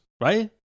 right